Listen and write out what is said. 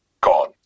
gone